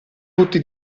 tutti